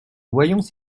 voyons